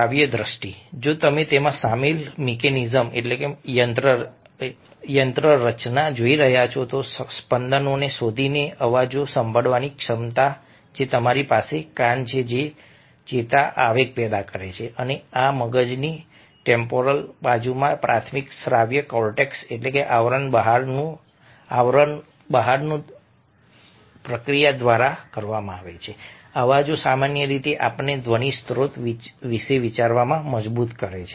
શ્રાવ્ય દ્રષ્ટિ જો તમે તેમાં સામેલ મિકેનિઝમયંત્રરચના જોઈ રહ્યા છો સ્પંદનોને શોધીને અવાજો સાંભળવાની ક્ષમતા તમારી પાસે કાન છે જે ચેતા આવેગ પેદા કરે છે અને આ મગજની ટેમ્પોરલ બાજુમાં પ્રાથમિક શ્રાવ્ય કોર્ટેક્સઆવરણ બહારનું દ્વારા પ્રક્રિયા કરવામાં આવે છે અવાજો સામાન્ય રીતે આપણને ધ્વનિ સ્ત્રોત વિશે વિચારવા મજબૂર કરે છે